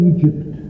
Egypt